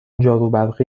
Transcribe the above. جاروبرقی